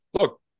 look